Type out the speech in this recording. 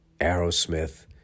Aerosmith